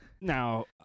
Now